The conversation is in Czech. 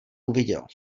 uviděl